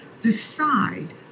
decide